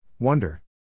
Wonder